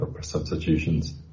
substitutions